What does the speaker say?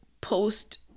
post